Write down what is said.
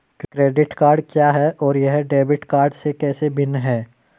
Credit card क्या है और यह डेबिट कार्ड से कैसे भिन्न है?